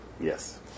Yes